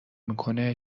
میکنه